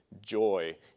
joy